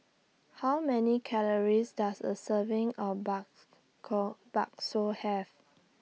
How Many Calories Does A Serving of Bakso Have